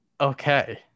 Okay